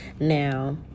now